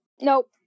Nope